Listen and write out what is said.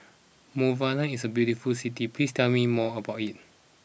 Monrovia is a beautiful city please tell me more about it